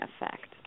effect